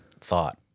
thought